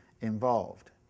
involved